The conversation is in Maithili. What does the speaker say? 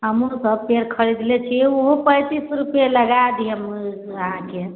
हमहूँ सब पेड़ खरीदले छियै उहो पैंतीस रूपआ लगा देब अहाँके